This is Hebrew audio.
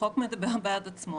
החוק מדבר בעד עצמו.